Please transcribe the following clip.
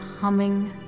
humming